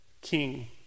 king